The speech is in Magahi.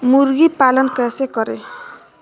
मुर्गी पालन कैसे करें?